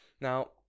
Now